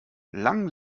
lang